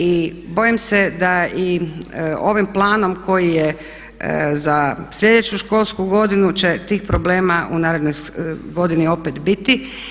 I bojim se da i ovim planom koji je za sljedeću školsku godinu će tih problema u narednoj godini opet biti.